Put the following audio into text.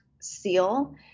seal